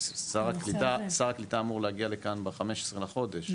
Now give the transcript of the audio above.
ושר הקליטה אמור להגיע לכאן, ב-15 לחודש.